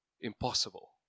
impossible